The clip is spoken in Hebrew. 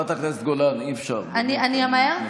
חברת הכנסת גולן, אי-אפשר, באמת, אני מתנצל.